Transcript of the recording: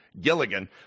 Gilligan